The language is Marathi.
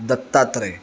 दत्तात्रय